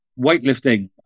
weightlifting